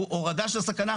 הוא הורדה בסכנה,